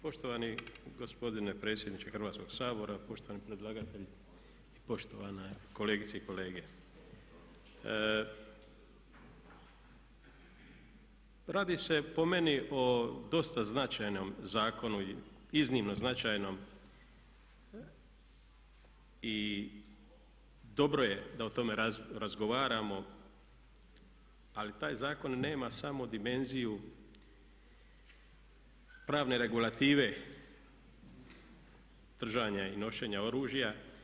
Poštovani gospodine predsjedniče Hrvatskog sabora, poštovani predlagatelju i poštovane kolegice i kolege radi se po meni o dosta značajnom zakonu i iznimno značajnom i dobro je da o tome razgovaramo, ali taj zakon nema samo dimenziju pravne regulative držanja i nošenja oružja.